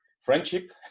friendship